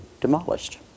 demolished